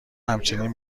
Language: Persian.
همچنین